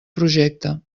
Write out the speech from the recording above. projecte